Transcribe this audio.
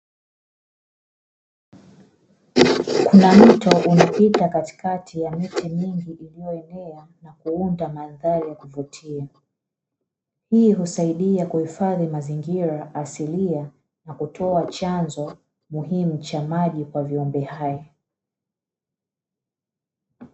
Kuna mto unapita katikati ya miti mingi iliyoenea na kuunda mandhari ya kuvutia, hii husaidia kuhifadhi mazingira asilia na kutoa chanzo muhimu cha maji kwa viumbe hai.